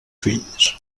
fills